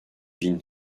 bin